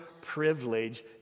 privilege